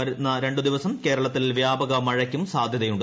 വരുന്ന രണ്ട് ദിവസം കേരളത്തിൽ വ്യാപകമഴയ്ക്ക് സാധ്യതയുണ്ട്